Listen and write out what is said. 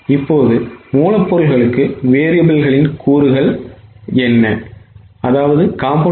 இப்போது மூலப் பொருள்களுக்கு variableகளின் கூறுகள் என்ன